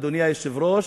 אדוני היושב-ראש,